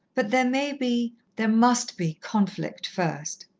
but there may be there must be conflict first.